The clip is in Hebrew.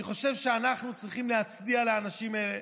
אני חושב שאנחנו צריכים להצדיע לאנשים האלה,